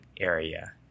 area